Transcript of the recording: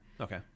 Okay